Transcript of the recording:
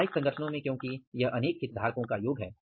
व्यवसायिक संगठनों में क्योंकि यह अनेक हितधारकों का योग है